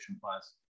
Plus